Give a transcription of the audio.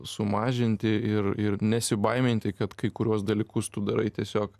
sumažinti ir ir nesibaiminti kad kai kuriuos dalykus tu darai tiesiog